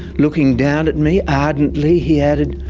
looking down at me ardently he added,